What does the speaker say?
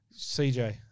CJ